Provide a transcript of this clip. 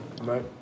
Right